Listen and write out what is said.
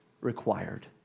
required